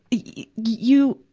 you,